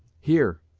here,